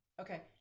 Okay